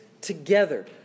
together